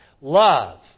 Love